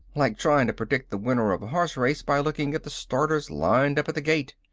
like trying to predict the winner of a horse race by looking at the starters lined up at the gate.